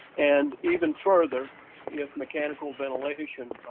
and even further if mechanical ventilation,